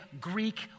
Greek